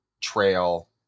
trail